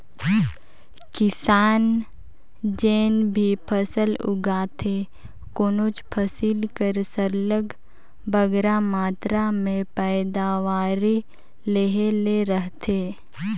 किसान जेन भी फसल उगाथे कोनोच फसिल कर सरलग बगरा मातरा में पएदावारी लेहे ले रहथे